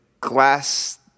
glass